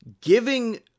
giving